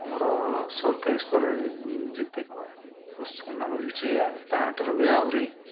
ଆମର ସରକାରୀ ସ୍ତରରେ ଯେତିକ ପ୍ରୋତ୍ସାହନ ମିଳୁଛି ଆ ତାଠାରୁ ବି ଆହୁରି